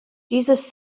dieses